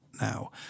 now